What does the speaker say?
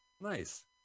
Nice